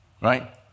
right